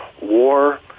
War